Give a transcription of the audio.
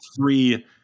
three